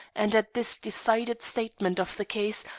and at this decided statement of the case,